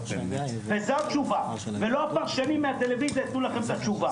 זאת התשובה ולא הפרשנים מהטלוויזיה יתנו לכם את התשובה.